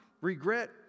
regret